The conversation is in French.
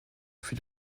fut